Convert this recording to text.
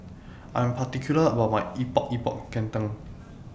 I'm particular about My Epok Epok Kentang